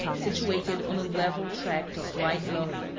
situated on a level tract of light loam,